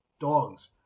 dogs